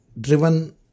driven